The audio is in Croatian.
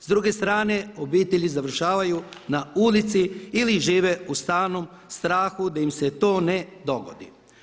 S druge strane obitelji završavaju na ulici ili žive u stalnom strahu da im se to ne dogodi.